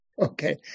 Okay